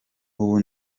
ubu